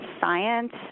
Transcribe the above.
science